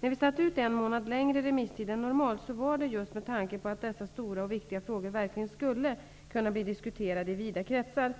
När vi satte ut en månad längre remisstid än normalt var det just med tanke på att dessa stora och viktiga frågor verkligen skulle kunna bli diskuterade i vida kretsar.